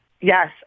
Yes